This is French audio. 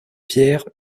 pierres